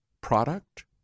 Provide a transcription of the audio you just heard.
product